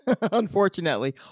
unfortunately